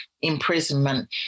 imprisonment